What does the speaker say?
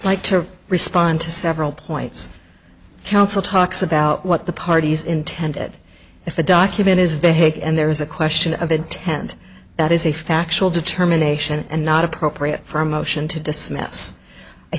like to respond to several points counsel talks about what the parties intended if a document is behave and there is a question of intent that is a factual determination and not appropriate for a motion to dismiss i